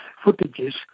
footages